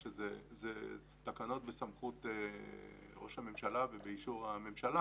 תקנות בסמכות ראש הממשלה ואישור הממשלה.